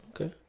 Okay